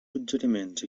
suggeriments